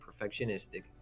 perfectionistic